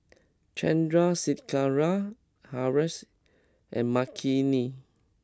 Chandrasekaran Haresh and Makineni